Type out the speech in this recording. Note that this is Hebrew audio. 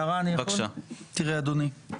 אדוני,